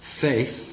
Faith